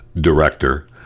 director